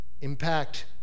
impact